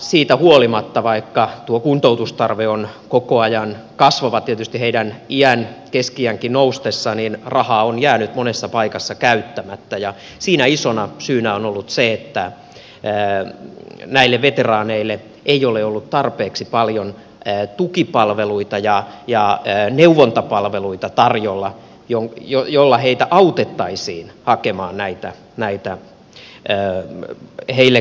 siitä huolimatta vaikka tuo kuntoutustarve on koko ajan kasvava tietysti heidän keski ikänsäkin noustessa rahaa on jäänyt monessa paikassa käyttämättä ja siinä isona syynä on ollut se että näille veteraaneille ei ole ollut tarjolla tarpeeksi paljon tukipalveluita ja neuvontapalveluita joilla heitä autettaisiin hakemaan näitä heille kuuluvia kuntoutuspalveluita